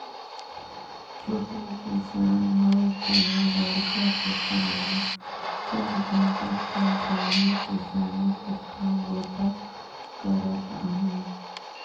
छोटे किसान होए चहे बड़खा किसान होए सब झन टेक्टर ले ही किसानी कर काम बूता करत अहे